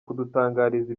kudutangariza